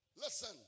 Listen